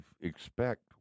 expect